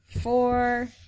Four